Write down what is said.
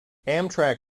amtrak